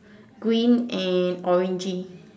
green and orangey